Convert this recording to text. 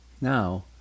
Now